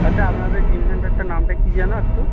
আচ্ছা আপনাদের জিম সেন্টারটার নামটা কি যেন একটু